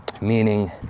meaning